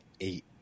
eight